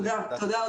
תודה,